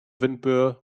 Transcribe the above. windböe